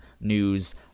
news